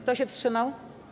Kto się wstrzymał?